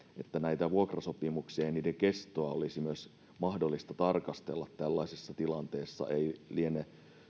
että näitä vuokrasopimuksia ja niiden kestoa olisi myös mahdollista tarkastella tällaisessa tilanteessa ei liene